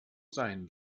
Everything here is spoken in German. sein